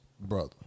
brother